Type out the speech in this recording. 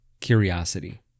curiosity